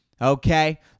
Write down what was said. Okay